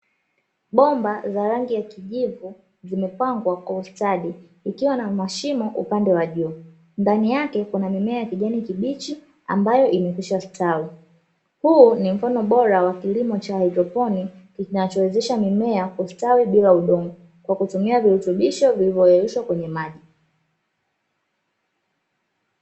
Bomba za rangi ya kijivu zimepangwa kwa ustadi, ikiwa na mashimo upande wa juu, ndani yake kuna mimea ya kijani kibichi ambayo imekwishastawi, huu ni mfano bora wa kilimo cha hyroponi kinachowezesha mimea kustawi bila udongo, kwa kutumia virutubisho vilivyoyeyushwa kwenye maji.